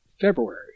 February